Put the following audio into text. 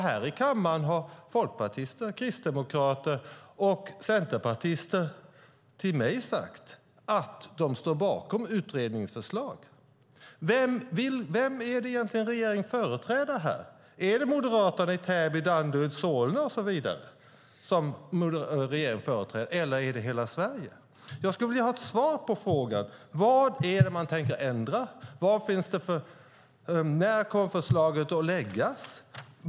Här i kammaren har folkpartister, kristdemokrater och centerpartister sagt till mig att de står bakom utredningens förslag. Vem är det egentligen regeringen företräder här? Är det Moderaterna i Täby, Danderyd, Solna och så vidare som regeringen företräder, eller är det hela Sverige? Jag skulle vilja ha ett svar på frågorna: Vad är det man tänker ändra? När kommer förslaget att läggas fram?